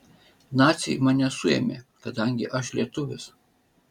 naciai mane suėmė kadangi aš lietuvis